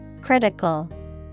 Critical